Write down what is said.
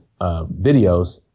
videos